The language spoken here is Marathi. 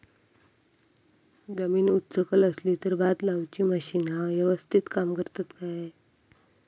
जमीन उच सकल असली तर भात लाऊची मशीना यवस्तीत काम करतत काय?